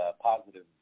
positive